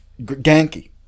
Ganky